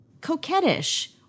coquettish